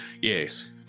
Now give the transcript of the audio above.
yes